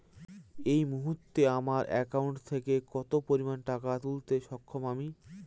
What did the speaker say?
এই মুহূর্তে আমার একাউন্ট থেকে কত পরিমান টাকা তুলতে সক্ষম আমি?